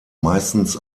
meistens